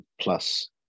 plus